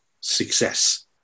success